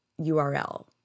URL